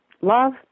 love